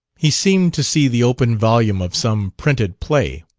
he seemed to see the open volume of some printed play.